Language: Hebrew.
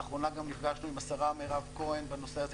לאחרונה גם נפגשנו עם השרה מרב כהן בנושא הזה,